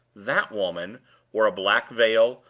that woman wore a black veil,